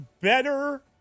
better